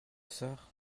sœur